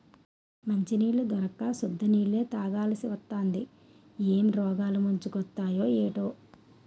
మంచినీళ్లు దొరక్క సుద్ద నీళ్ళే తాగాలిసివత్తాంది ఏం రోగాలు ముంచుకొత్తయే ఏటో